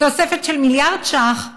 תוספת של מיליארד שקלים